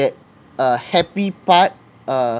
uh happy part uh